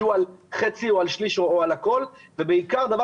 יהיו על חצי או על שליש או על הכול ובעיקר דבר